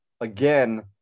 again